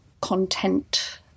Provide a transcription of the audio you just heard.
content